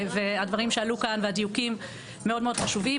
והדברים שעלו כאן והדיוקים מאוד חשובים.